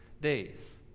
days